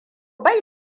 bai